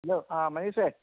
hello ആ മനീഷെ